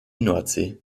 nordsee